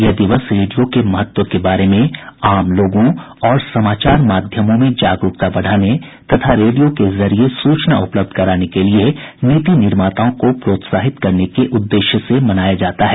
यह दिवस रेडियो के महत्व के बारे में आम जनता और समाचार माध्यमों में जागरूकता बढ़ाने तथा रेडियो के जरिये सूचना उपलब्ध कराने के लिए नीति निर्माताओं को प्रोत्साहित करने के उद्देश्य से मनाया जाता है